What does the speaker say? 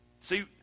See